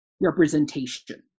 representation